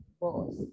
boss